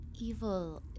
Evil